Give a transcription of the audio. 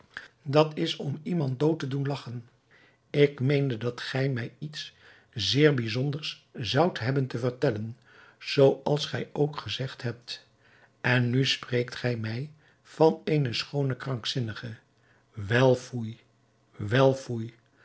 dat is om iemand dood te doen lagchen ik meende dat gij mij iets zeer bijzonders zoudt hebben te vertellen zooals gij ook gezegd hebt en nu spreekt gij mij van eene schoone krankzinnige wel foei wel foei